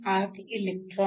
238 eV